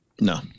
No